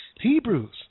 Hebrews